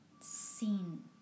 seen